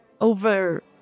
over